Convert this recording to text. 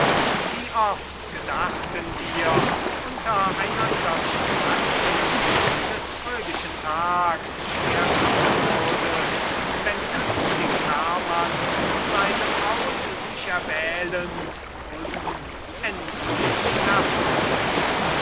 wie oft gedachten wir untereinander schwatzend des fröhlichen tags der kommen würde wenn künftig hermann seine braut sich erwählend uns endlich erfreute